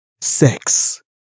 sex